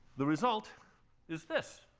the result is this.